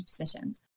positions